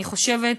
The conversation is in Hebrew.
אני חושבת,